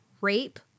Rape